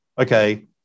okay